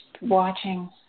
watching